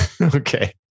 okay